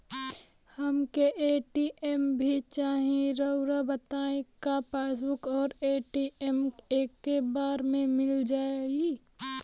हमके ए.टी.एम भी चाही राउर बताई का पासबुक और ए.टी.एम एके बार में मील जाई का?